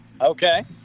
Okay